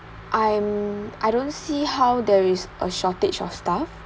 I'm I don't see how there is a shortage of staff